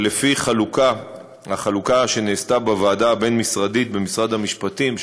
אבל לפי החלוקה שנעשתה בוועדה הבין-משרדית במשרד המשפטים,